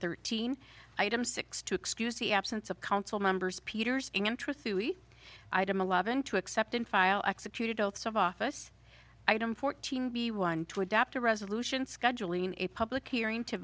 thirteen item six to excuse the absence of council members peter's interest item eleven to accept and file executed oaths of office item fourteen b one to adopt a resolution scheduling a public hearing to